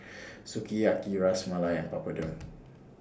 Sukiyaki Ras Malai and Papadum